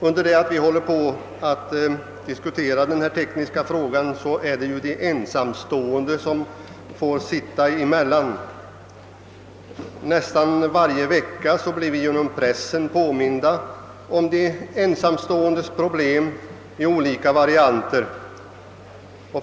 Under det att vi diskuterar denna tekniska fråga får ju de ensamstående det gäller sitta emellan. Nästan varje vecka blir vi genom pressen påminda om de ensamståendes problem i olika varianter.